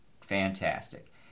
Fantastic